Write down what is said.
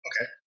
Okay